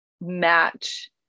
match